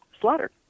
Slaughter